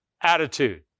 attitude